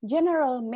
General